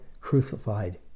crucified